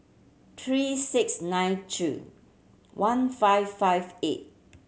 three six nine two one five five eight